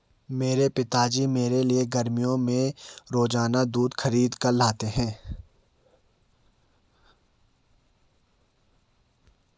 मेरे पिताजी मेरे लिए गर्मियों में रोजाना दूध खरीद कर लाते हैं